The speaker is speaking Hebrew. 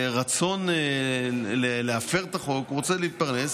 רצון להפר את החוק, הוא רוצה להתפרנס,